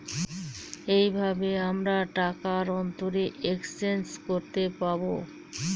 এইভাবে আমরা টাকার অন্তরে এক্সচেঞ্জ করতে পাবো